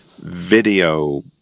video